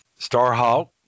Starhawk